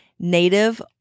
Native